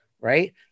right